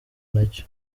nacyo